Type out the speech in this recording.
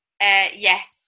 yes